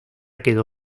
quedó